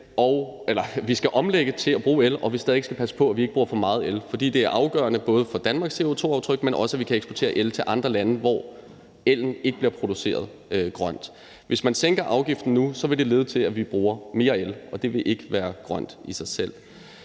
skal omlægge til at bruge el, og at vi stadig væk skal passe på, at vi ikke bruger for meget el. For det er afgørende både for Danmarks CO2-aftryk, men også for, at vi kan eksportere el til andre lande, hvor ellen ikke bliver produceret grønt. Hvis man sænker afgiften nu, vil det lede til, at vi bruger mere el, og det vil ikke være grønt i sig selv.